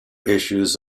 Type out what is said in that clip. issues